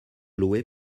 loué